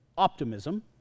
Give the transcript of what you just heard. optimism